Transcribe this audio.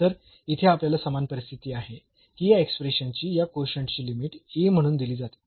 तर येथे आपल्याकडे समान परिस्थिती आहे की या एक्सप्रेशन ची या कोशंट ची लिमिट A म्हणून दिली जाते